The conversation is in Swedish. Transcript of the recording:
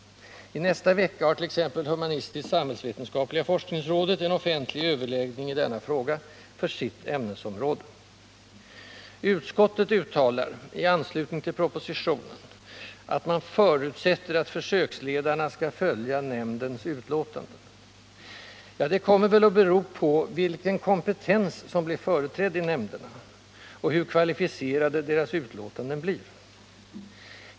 I nästa vecka har t.ex. humanistisk-samhällsvetenskapliga forskningsrådet en offentlig överläggning i denna fråga för sitt ämnesområde. I utskottets redogörelse för propositionsförslaget sägs att det ”förutsätts att Nr 38 försöksledarna kommer att följa nämndens utlåtanden”. Ja, det kommer väl Onsdagen den att bero på vilken kompetens som blir företrädd i nämnden och hur 22 november 1978 kvalificerade dess utlåtanden blir.